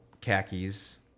khakis